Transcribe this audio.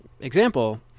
example